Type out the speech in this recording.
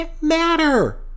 matter